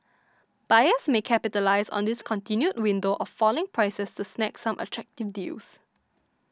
buyers may capitalise on this continued window of falling prices to snag some attractive deals